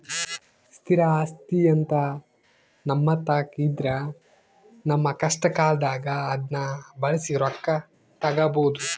ಸ್ಥಿರ ಆಸ್ತಿಅಂತ ನಮ್ಮತಾಕ ಇದ್ರ ನಮ್ಮ ಕಷ್ಟಕಾಲದಾಗ ಅದ್ನ ಬಳಸಿ ರೊಕ್ಕ ತಗಬೋದು